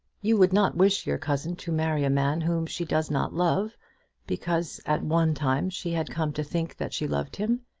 you would not wish your cousin to marry a man whom she does not love because at one time she had come to think that she loved him.